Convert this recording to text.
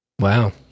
Wow